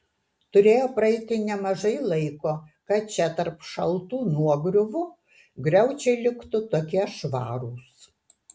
turėjo praeiti nemažai laiko kad čia tarp šaltų nuogriuvų griaučiai liktų tokie švarūs